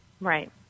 Right